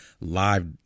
live